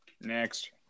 Next